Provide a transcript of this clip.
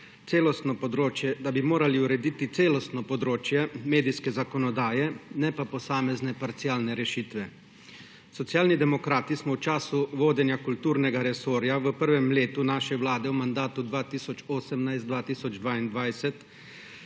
da bi morali urediti celostno področje medijske zakonodaje, ne pa posameznih parcialnih rešitev. Socialni demokrati smo v času vodenja kulturnega resorja v prvem letu naše vlade v mandatu 2018–2022